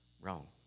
Wrong